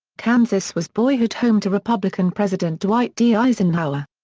kansas was boyhood home to republican president dwight d. eisenhower.